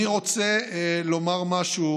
אני רוצה לומר משהו